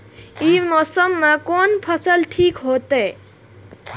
ई मौसम में कोन फसल ठीक होते?